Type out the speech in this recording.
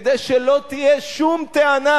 כדי שלא תהיה שום טענה,